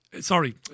sorry